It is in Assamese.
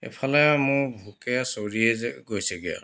এফালে মোৰ ভোকে চৰিয়ে গৈছেগৈ আৰু